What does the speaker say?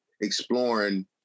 exploring